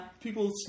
People